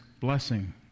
blessing